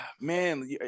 man